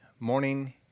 Morning